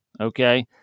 okay